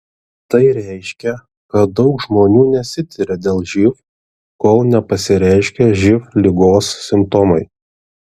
tai reiškia kad daug žmonių nesitiria dėl živ kol nepasireiškia živ ligos simptomai